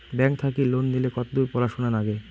Bank থাকি loan নিলে কতদূর পড়াশুনা নাগে?